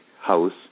house